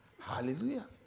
Hallelujah